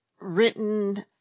written